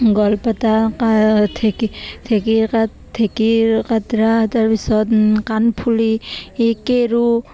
গলপাতা ঢেঁকী ঢেঁকীৰ ঢেঁকীৰ কাটৰা তাৰপিছত কাণফুলি এই কেৰু